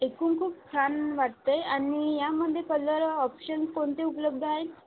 ऐकून खूप छान वाटत आहे आणि यामध्ये कलर ऑप्शन कोणते उपलब्ध हाय